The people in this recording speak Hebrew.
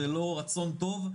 זה לא רצון טוב,